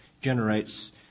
generates